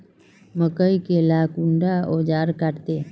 मकई के ला कुंडा ओजार काट छै?